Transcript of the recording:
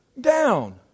down